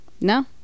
No